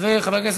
ובן-זוגו),